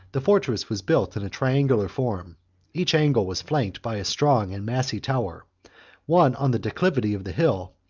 the fortress was built in a triangular form each angle was flanked by a strong and massy tower one on the declivity of the hill,